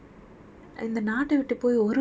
I don't think we took a holiday after that